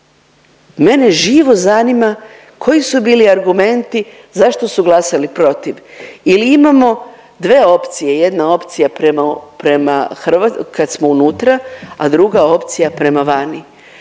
Mene živo zanima koji su bili argumenti zašto su glasali protiv. Ili imamo dve opcije, jedna opcija prema kad smo unutra, a druga opcija prema vani.